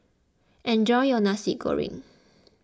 enjoy your Nasi Goreng